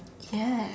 ya